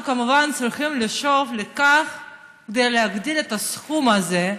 אנחנו כמובן צריכים לשאוף להגדיל את הסכום הזה.